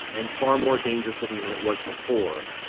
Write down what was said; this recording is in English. and far more dangerous-looking than it was before.